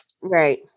Right